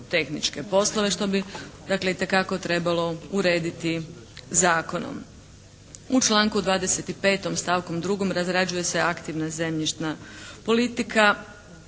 poslove što bi dakle itekako trebalo urediti zakonom. U članku 25. stavku 2. razrađuje se aktivna zemljišna politika.